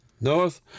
North